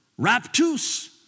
raptus